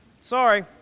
Sorry